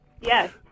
Yes